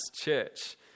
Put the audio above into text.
church